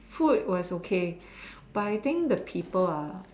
food was okay but I think the people are